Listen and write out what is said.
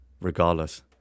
regardless